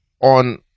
on